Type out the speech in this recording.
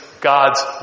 God's